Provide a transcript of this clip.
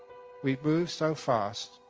we move so fast,